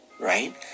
right